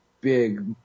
big